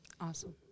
Awesome